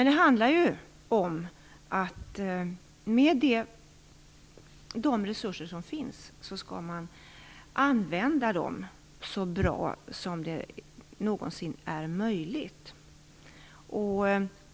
Det handlar om att använda de resurser som finns så bra som det någonsin är möjligt.